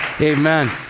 amen